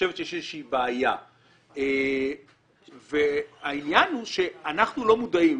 חושבת שיש איזה שהיא בעיה והעניין הוא שאנחנו לא מודעים,